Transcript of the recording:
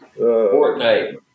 Fortnite